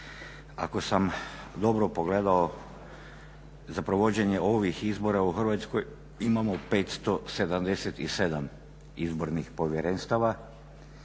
Ako sam dobro pogledao za provođenje ovih izbora u Hrvatskoj imamo 577 izbornih povjerenstava.